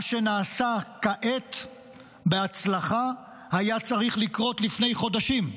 מה שנעשה כעת בהצלחה היה צריך לקרות לפני חודשים.